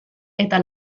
eta